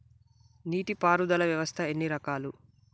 నీటి పారుదల వ్యవస్థ ఎన్ని రకాలు?